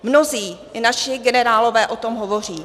Mnozí naši generálové o tom hovoří.